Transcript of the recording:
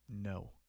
No